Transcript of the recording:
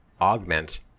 augment